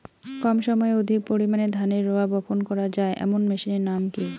কম সময়ে অধিক পরিমাণে ধানের রোয়া বপন করা য়ায় এমন মেশিনের নাম কি?